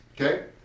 Okay